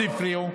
מאוד הפריעו.